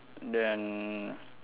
then